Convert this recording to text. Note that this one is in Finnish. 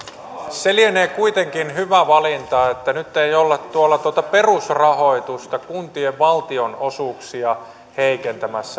se lienee kuitenkin hyvä valinta että nyt ei olla perusrahoitusta kuntien valtionosuuksia heikentämässä